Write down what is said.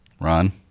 Ron